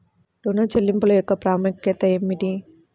ఋణ చెల్లింపుల యొక్క ప్రాముఖ్యత ఏమిటీ?